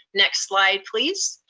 next slide please.